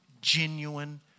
genuine